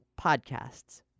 podcasts